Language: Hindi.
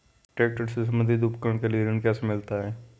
ट्रैक्टर से संबंधित उपकरण के लिए ऋण कैसे मिलता है?